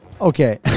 Okay